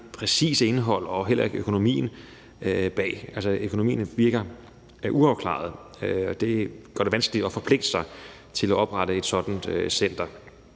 præcise indhold og heller ikke økonomien bag. Altså, økonomien virker uafklaret, og det gør det vanskeligt at forpligte sig til at oprette et sådant center.